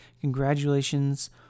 Congratulations